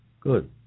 Good